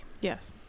Yes